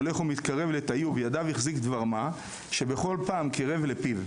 הולך ומתקרב לתאי ובידיו החזיק דבר מה שכל פעם קירב לפיו,